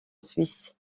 suisse